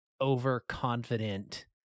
overconfident